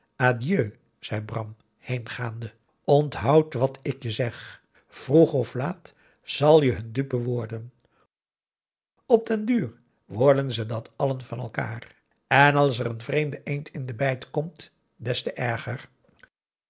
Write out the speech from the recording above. adieu zei bram heengaande onthoud wat ik je zeg vroeg of laat zal je hun dupe worden op den duur worden ze dat allen van elkaar en als er een vreemde eend in de bijt komt des te erger